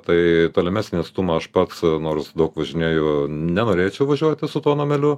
tai tolimesnį atstumą aš pats nors daug važinėju nenorėčiau važiuoti su tuo nameliu